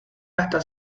hasta